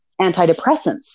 antidepressants